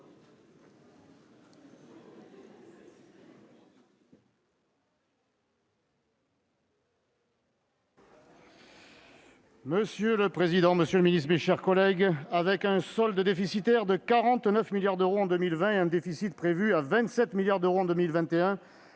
Monsieur le président, madame la ministre, mes chers collègues, avec un solde déficitaire de 49 milliards d'euros en 2020 et un déficit prévu de 27 milliards d'euros en 2021,